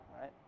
right